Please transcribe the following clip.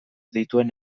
dituen